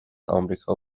آمریکا